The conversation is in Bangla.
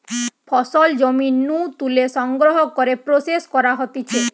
ফসল জমি নু তুলে সংগ্রহ করে প্রসেস করা হতিছে